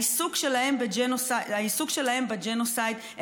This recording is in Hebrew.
העיסוק שלהם בג'נוסייד,